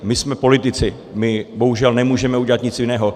My jsme politici, my bohužel nemůžeme udělat nic jiného.